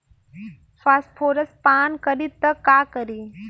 Phosphorus पान करी त का करी?